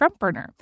FrontBurner